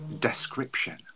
description